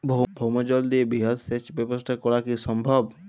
ভৌমজল দিয়ে বৃহৎ সেচ ব্যবস্থা করা কি সম্ভব?